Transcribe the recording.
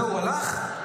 זהו, הוא הלך?